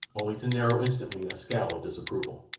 only to narrow instantly in a scowl of disapproval.